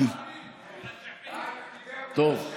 טוב,